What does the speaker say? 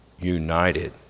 united